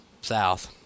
south